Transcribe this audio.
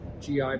gi